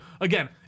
Again